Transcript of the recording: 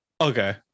Okay